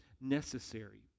necessary